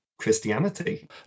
christianity